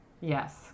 Yes